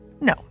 No